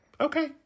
Okay